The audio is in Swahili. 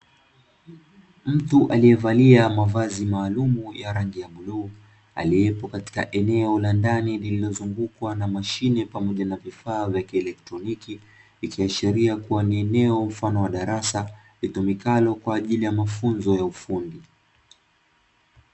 Mtu aliyevalia mavazi maalumu ya rangi ya bluu, aliyepo katika eneo la ndani lililozungukwa na mashine pamoja na vifaa vya kieletroniki, ikiashiria kuwa ni eneo mfano wa darasa litumikalo kwa ajili ya mafunzo ya ufundi.